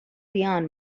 beyond